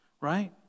right